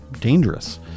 dangerous